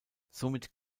somit